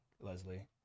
Leslie